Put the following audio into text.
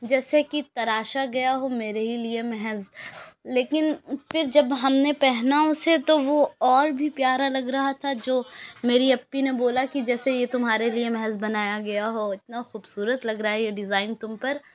جیسے کی تراشا گیا ہو میرے ہی لیے محض لیکن پھر جب ہم نے پہنا اسے تو وہ اور بھی پیارا لگ رہا تھا جو میری اپّی نے بولا کہ جیسے یہ تمہارے لیے محض بنایا گیا ہو اتنا خوبصورت لگ رہا ہے یہ ڈزائن تم پر